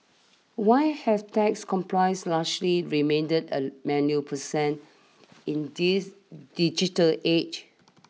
why have tax complies largely remained a manual percent in this digital age